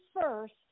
first